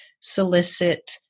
solicit